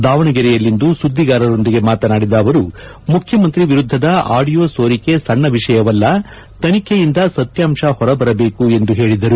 ದಾವಣಗೆರೆಯಲ್ಲಿಂದು ಸುದ್ಗಿಗಾರರೊಂದಿಗೆ ಮಾತನಾಡಿದ ಅವರು ಮುಖ್ಯಮಂತ್ರಿ ವಿರುದ್ಗದ ಆಡಿಯೊ ಸೋರಿಕೆ ಸಣ್ಣ ವಿಷಯವಲ್ಲ ತನಿಖೆಯಿಂದ ಸತ್ಭಾಂಶ ಹೊರಬರಬೇಕು ಎಂದು ಹೇಳಿದರು